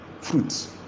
fruits